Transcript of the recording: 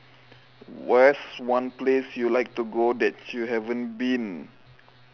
where's one place you like to go that you haven't been